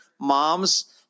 mom's